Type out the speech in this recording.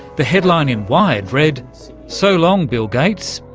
the headline in wired read so long bill gates,